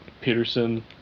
Peterson